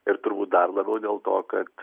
ir turbūt dar labiau dėl to kad